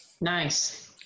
Nice